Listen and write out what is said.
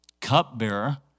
cupbearer